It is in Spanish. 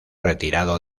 retirado